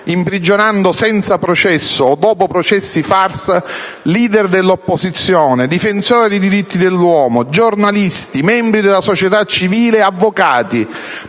imprigionando senza processo o dopo processi farsa *leader* dell'opposizione, difensori dei diritti dell'uomo, giornalisti, membri della società civile ed avvocati,